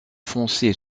foncé